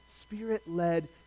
spirit-led